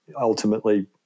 ultimately